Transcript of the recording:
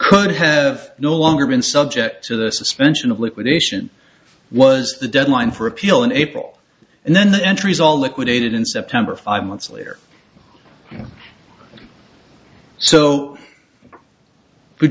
could have no longer been subject to the suspension of liquidation was the deadline for appeal in april and then the entries all liquidated in september five months later so